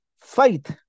Faith